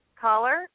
caller